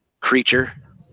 creature